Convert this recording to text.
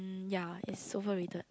ya it's overrated